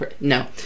No